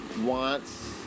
Wants